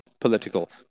political